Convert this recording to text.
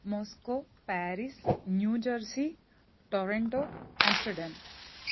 Moscow Paris New Jersey Toronto Amsterdam